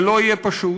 זה לא יהיה פשוט.